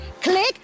click